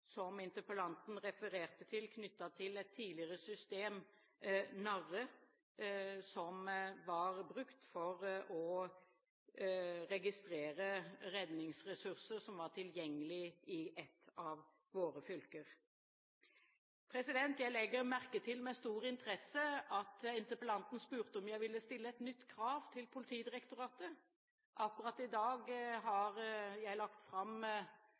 som interpellanten refererte til, knyttet til et tidligere system, NARRE, som var brukt for å registrere redningsressurser som var tilgjengelige i et av våre fylker. Jeg legger med stor interesse merke til at interpellanten spurte om jeg ville stille et nytt krav til Politidirektoratet. Akkurat i dag har jeg lagt fram